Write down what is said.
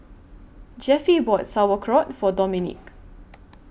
Jeffie bought Sauerkraut For Dominique